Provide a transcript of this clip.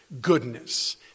goodness